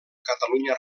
catalunya